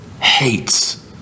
hates